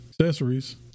accessories